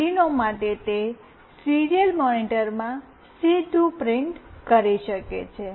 Arduino માટે તે serial મોનિટરમાં સીધું પ્રિન્ટ કરી શકે છે